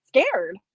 scared